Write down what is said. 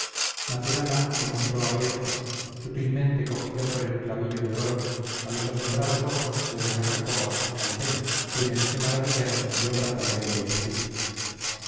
maturana lo mostró abierto sutilmente cogido por el clavillo de oro a los asombrados ojos de doña jacoba y calpena quienes se maravillaron de obra tan bella y sutil